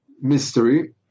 mystery